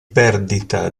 perdita